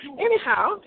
Anyhow